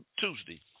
Tuesday